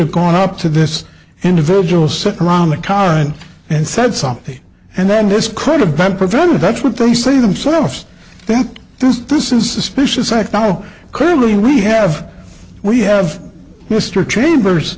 have gone up to this individual sit around the car and and said something and then this could have been prevented that's what they see themselves that this this is suspicious i thought oh clearly we have we have mr chambers